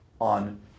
on